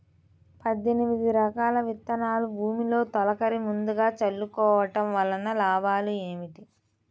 పద్దెనిమిది రకాల విత్తనాలు భూమిలో తొలకరి ముందుగా చల్లుకోవటం వలన లాభాలు ఏమిటి?